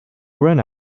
grown